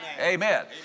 Amen